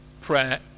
prayer